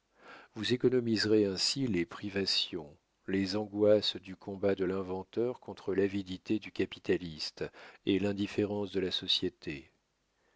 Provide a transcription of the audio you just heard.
vous économiserez ainsi les privations les angoisses du combat de l'inventeur contre l'avidité du capitaliste et l'indifférence de la société